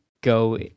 go